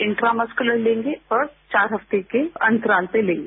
intra muscular लेंगे और चार हफ्ते के अँतराल पर लेंगे